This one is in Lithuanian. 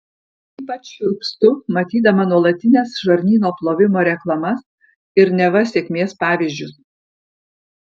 ypač šiurpstu matydama nuolatines žarnyno plovimo reklamas ir neva sėkmės pavyzdžius